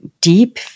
deep